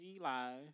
Live